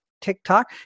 TikTok